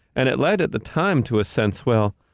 and it led, at the time, to a sense, well,